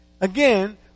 Again